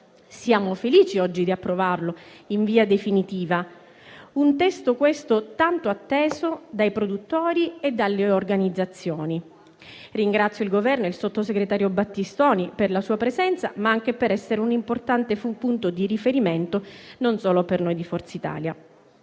siamo felici, oggi, di approvare in via definitiva. Un testo, questo, tanto atteso dai produttori e dalle organizzazioni. Ringrazio il Governo e il sottosegretario Battistoni, per la sua presenza, ma anche per essere un importante punto di riferimento, non solo per noi di Forza Italia.